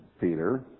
Peter